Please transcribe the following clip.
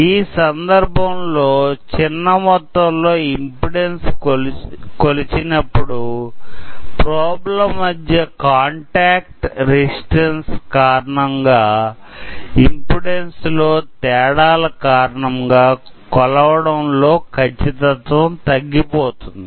ఈ సందర్భంలో చిన్న మొత్తం ఇంపిడెన్సు కొలచినప్పుడు ప్రోబ్ల మధ్య కాంటాక్ట్ రెసిస్టెన్స్ కారణంగా ఇంపిడెన్సు లో తేడా ల కారణంగా కొలవడం లో ఖచ్చితత్వం తగ్గిపొతుంది